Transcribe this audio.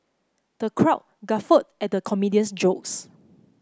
the crowd guffawed at the comedian's jokes